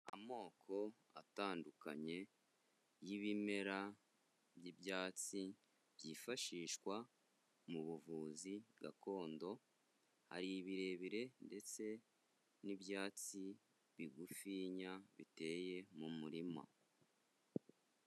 Amoko atandukanye y'ibimera by'ibyatsi byifashishwa mu buvuzi gakondo, hari ibirebire ndetse n'ibyatsi bigufinya biteye mu murima